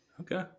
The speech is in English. Okay